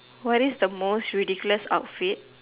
what is the most ridiculous outfit